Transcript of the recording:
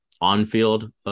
on-field